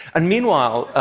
and meanwhile,